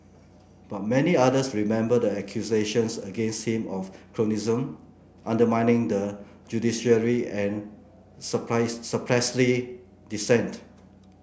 but many others remember the accusations against him of cronyism undermining the judiciary and suppressing dissent